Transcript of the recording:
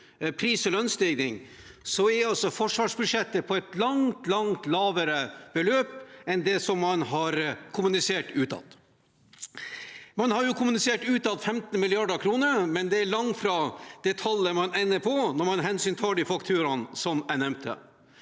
pris- og lønnsstigning, er altså forsvarsbudsjettet på et langt, langt lavere beløp enn det man har kommunisert utad. Man har kommunisert utad at det er 15 mrd. kr, men det er langt fra det tallet man ender på når man hensyntar de faktorene jeg nevnte.